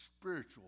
spiritual